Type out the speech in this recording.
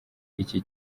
iki